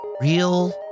real